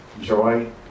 joy